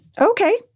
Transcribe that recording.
Okay